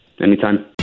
Anytime